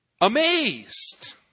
Amazed